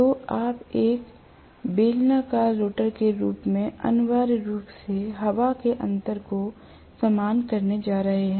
तो आप एक बेलनाकार रोटर के मामले में अनिवार्य रूप से हवा के अंतर को समान करने जा रहे हैं